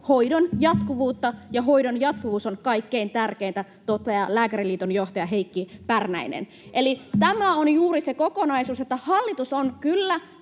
hoidon jatkuvuutta, ja hoidon jatkuvuus on kaikkein tärkeintä, toteaa Lääkäriliiton johtaja Heikki Pärnäinen.” Tämä on juuri se kokonaisuus, johon hallitus on kyllä